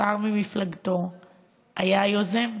שר ממפלגתו היה היוזם.